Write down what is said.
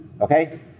Okay